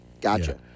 gotcha